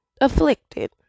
afflicted